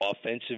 offensive